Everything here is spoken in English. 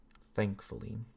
thankfully